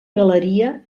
galeria